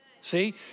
See